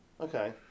Okay